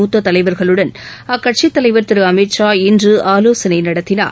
முத்த தலைவர்களுடன் அக்கட்சி தலைவர் திரு அமித்ஷா இன்று ஆலோசனை நடத்தினார்